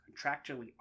contractually